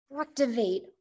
activate